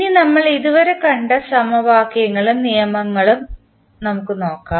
ഇനി നമ്മൾ ഇത് വരെ കണ്ട സമവാക്യങ്ങളും നിയമങ്ങളും നമ്മുക് നോക്കാം